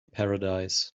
paradise